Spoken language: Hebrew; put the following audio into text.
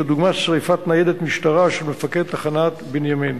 כדוגמת שרפת ניידת משטרה של מפקד תחנת בנימין.